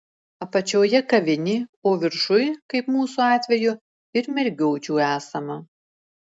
apačioje kavinė o viršuj kaip mūsų atveju ir mergiočių esama